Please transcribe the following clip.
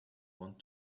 want